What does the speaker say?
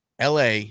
LA